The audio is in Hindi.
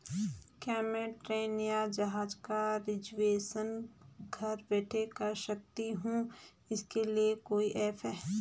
क्या मैं ट्रेन या जहाज़ का रिजर्वेशन घर बैठे कर सकती हूँ इसके लिए कोई ऐप है?